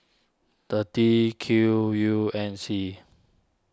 thirty Q U N C